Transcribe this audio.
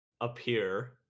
appear